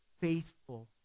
faithful